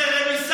האמור,